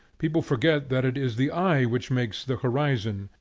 people forget that it is the eye which makes the horizon,